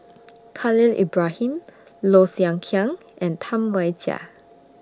Khalil Ibrahim Low Thia Khiang and Tam Wai Jia